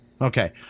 Okay